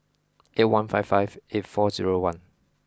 eight one five five eight four zero one